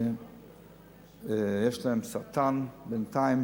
שיש להם סרטן, בינתיים